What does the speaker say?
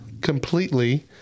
completely